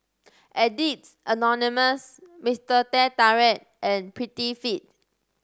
Addicts Anonymous Mister Teh Tarik and Prettyfit